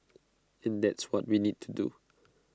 and that's what we need to do